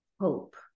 hope